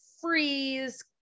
freeze